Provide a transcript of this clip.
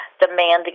demanding